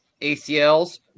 ACLs